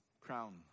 Crown